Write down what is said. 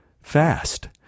Fast